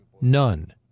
none